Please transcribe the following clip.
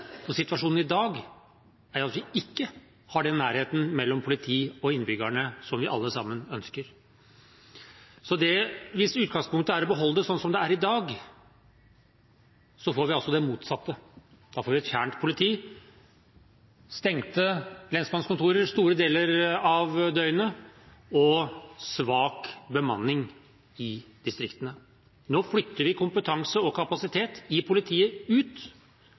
Situasjonen i dag er at vi ikke har den nærheten mellom politi og innbyggere som vi alle sammen ønsker. Hvis utgangspunktet er å beholde det sånn som det er i dag, får vi altså det motsatte. Da får vi et fjernt politi, stengte lensmannskontorer store deler av døgnet og svak bemanning i distriktene. Nå flytter vi kompetanse og kapasitet i politiet ut